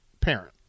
parent